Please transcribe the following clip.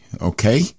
Okay